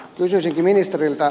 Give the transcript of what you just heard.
kysyisinkin ministeriltä